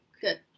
Good